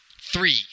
three